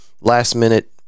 last-minute